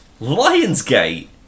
Lionsgate